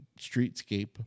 streetscape